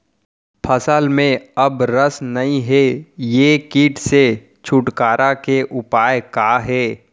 फसल में अब रस नही हे ये किट से छुटकारा के उपाय का हे?